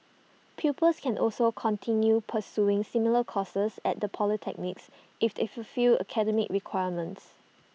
pupils can also continue pursuing similar courses at the polytechnics if they fulfil academic requirements